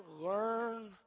learn